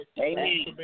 Amen